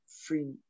free